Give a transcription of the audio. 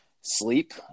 sleep